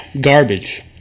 garbage